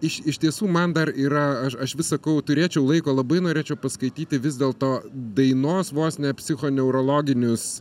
iš iš tiesų man dar yra aš aš vis sakau turėčiau laiko labai norėčiau paskaityti vis dėl to dainos vos ne psichoneurologinius